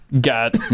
got